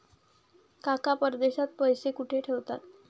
काका परदेशात पैसा कुठे ठेवतात?